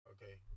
Okay